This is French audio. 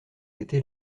été